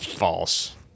False